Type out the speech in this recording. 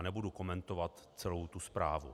Nebudu komentovat celou zprávu.